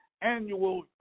annual